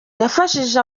yafashije